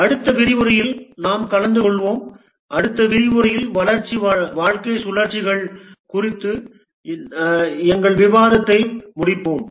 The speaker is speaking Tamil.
அடுத்த விரிவுரையில் நாம் கலந்து கொள்வோம் அடுத்த விரிவுரையில் வளர்ச்சி வாழ்க்கை சுழற்சிகள் குறித்த எங்கள் விவாதத்தை முடிப்போம்